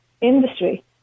industry